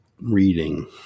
reading